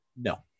No